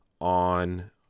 on